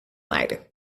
leiden